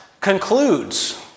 concludes